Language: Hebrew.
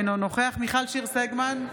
אינו נוכח מיכל שיר סגמן,